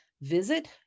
Visit